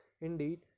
indeed